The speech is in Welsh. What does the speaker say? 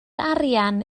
arian